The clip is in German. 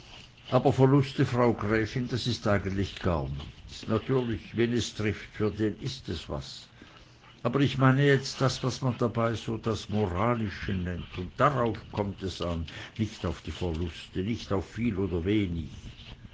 aber verluste frau gräfin das is eigentlich gar nichts natürlich wen es trifft für den is es was aber ich meine jetzt das was man dabei so das moralische nennt und darauf kommt es an nicht auf die verluste nicht auf viel oder wenig